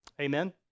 Amen